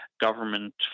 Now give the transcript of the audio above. government